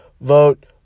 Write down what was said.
vote